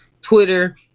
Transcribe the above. Twitter